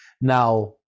Now